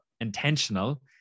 intentional